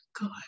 God